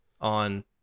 on